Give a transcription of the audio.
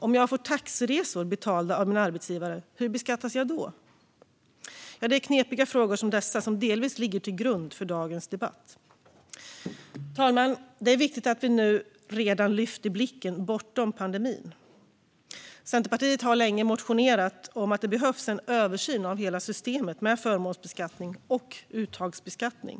Om jag får taxiresor betalda av min arbetsgivare, hur beskattas jag då? Det är knepiga frågor som dessa som delvis ligger till grund för dagens debatt. Fru talman! Det är viktigt att vi redan nu lyfter blicken bortom pandemin. Centerpartiet har länge motionerat om att det behövs en översyn av hela systemet med förmånsbeskattning och uttagsbeskattning.